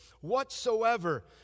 whatsoever